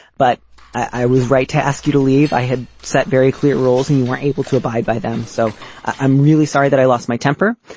but i was right to ask you to leave. i had set very clear rules and you were able to abide by them. so i'm really sorry that i lost my temper.